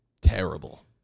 terrible